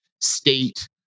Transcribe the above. state